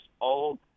old